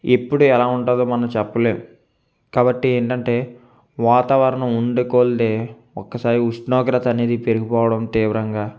ఎప్పుడు ఎలా ఉంటుందో మనం చెప్పలేం కాబట్టి ఏంటంటే వాతావరణం ఉండే కొలది ఒక్కసారి ఉష్ణోగ్రత అనేది పెరిగిపోవడం తీవ్రంగా